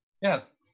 Yes